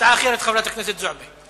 הצעה אחרת, חברת הכנסת זועבי.